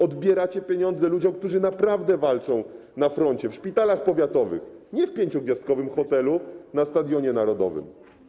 Odbieracie pieniądze ludziom, którzy naprawdę walczą na froncie, w szpitalach powiatowych, a nie w pięciogwiazdkowym hotelu na Stadionie Narodowym.